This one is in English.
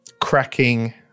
Cracking